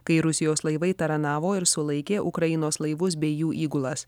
kai rusijos laivai taranavo ir sulaikė ukrainos laivus bei jų įgulas